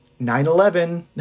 9-11